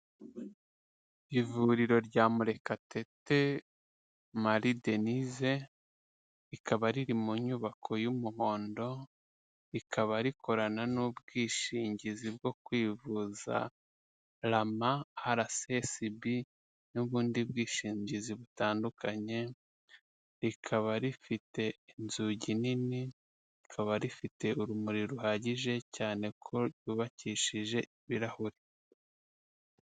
Ivuriro rya Murekatete Marie Denyse, rikaba riri mu nyubako y'umuhondo, rikaba rikorana n'ubwishingizi bwo kwivuza RAMA RSSB, n'ubundi bwishingizi butandukanye, rikaba rifite inzugi nini, rikaba rifite urumuri ruhagije cyane ko ryubakishije ibirahuri.